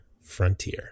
Frontier